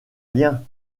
rien